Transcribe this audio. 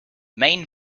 main